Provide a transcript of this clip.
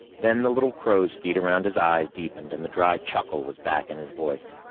then the little crow's feet around his eyes deepened and the dry chuckle was back in his voice.